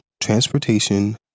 transportation